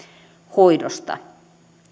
hoidosta